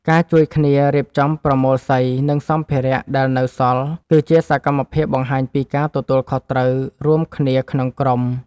ការជួយគ្នារៀបចំប្រមូលសី និងសម្ភារៈដែលនៅសល់ គឺជាសកម្មភាពបង្ហាញពីការទទួលខុសត្រូវរួមគ្នាក្នុងក្រុម។